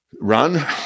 run